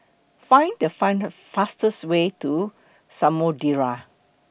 Find The Find Her fastest Way to Samudera